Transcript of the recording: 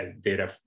data